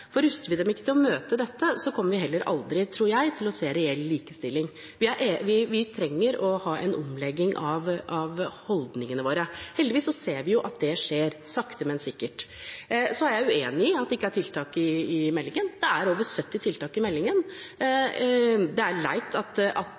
for ruster vi dem ikke til å møte dette, kommer vi heller aldri – tror jeg – til å se reell likestilling. Vi trenger å ha en omlegging av holdningene våre. Heldigvis ser vi at det skjer – sakte, men sikkert. Jeg er uenig i at det ikke er tiltak i meldingen. Det er over 70 tiltak i meldingen.